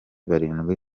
barindwi